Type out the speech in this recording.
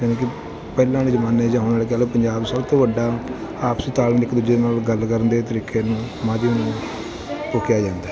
ਜਿਵੇਂ ਕਿ ਪਹਿਲਾਂ ਵਾਲੇ ਜ਼ਮਾਨੇ 'ਚ ਜਾਂ ਹੁਣ ਵਾਲੇ ਕਹਿ ਲਉ ਪੰਜਾਬ ਸਭ ਤੋਂ ਵੱਡਾ ਆਪਸੀ ਤਾਲਮੇਲ ਇੱਕ ਦੂਜੇ ਨਾਲ ਗੱਲ ਕਰਨ ਦੇ ਤਰੀਕੇ ਨੂੰ ਮਾਧਿਅਮ ਨੂੰ ਉਹ ਕਿਹਾ ਜਾਂਦਾ